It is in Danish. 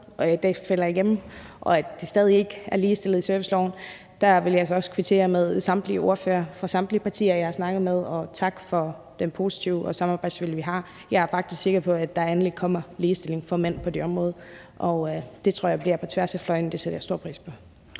og stadig ikke er ligestillet i serviceloven, vil jeg også kvittere over for samtlige ordførere fra samtlige partier, jeg har snakket med. Tak for den positive samarbejdsvilje, der er. Jeg er faktisk sikker på, at der endelig kommer ligestilling for mænd på det område, og det tror jeg sker på tværs af fløjene, og det sætter jeg stor pris på.